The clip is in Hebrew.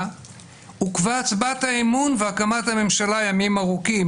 עוכבה הצבעת האמון והקמת הממשלה ימים ארוכים,